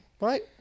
right